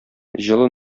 җылы